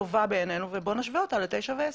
בעינינו היא טובה ובוא נשווה אותה ל-9 ו-10.